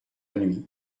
nuit